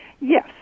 Yes